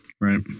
Right